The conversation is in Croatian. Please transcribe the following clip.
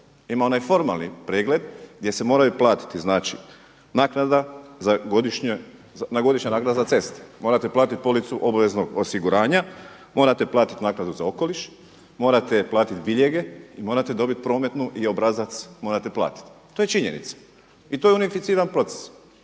ima onaj formalni pregled gdje se moraju platiti, znači godišnja naknada za ceste. Morate platiti policu obaveznog osiguranja, morate platiti naknadu za okoliš, morate platiti biljege i morate dobiti prometnu i obrazac morate platiti. To je činjenica i to je unificiran proces